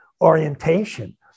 orientation